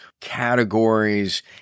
categories